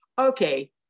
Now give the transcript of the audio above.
okay